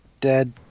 dead